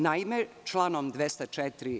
Naime, članom 204.